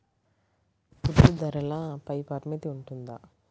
గుడ్లు ధరల పై పరిమితి ఉంటుందా?